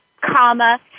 comma